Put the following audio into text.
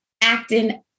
acting